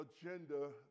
agenda